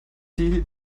die